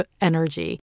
energy